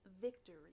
victory